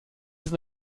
sind